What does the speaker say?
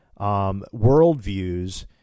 worldviews